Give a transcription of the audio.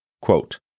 Quote